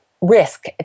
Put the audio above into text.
risk